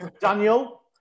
Daniel